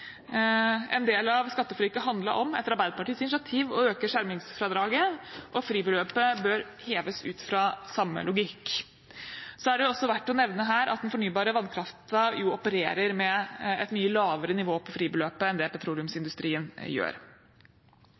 En del av skatteforliket handlet om – etter Arbeiderpartiets initiativ – å øke skjermingsfradraget, og fribeløpet bør heves ut fra samme logikk. Det er her også verdt å nevne at den fornybare vannkraften opererer med et mye lavere nivå på fribeløpet enn det petroleumsindustrien gjør.